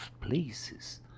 places